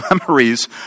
memories